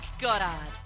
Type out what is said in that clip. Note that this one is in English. Goddard